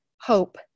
hope